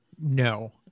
No